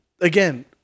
Again